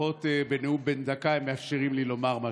לפחות בנאום בן דקה הם מאפשרים לי לומר משהו.